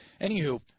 Anywho